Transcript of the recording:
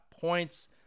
points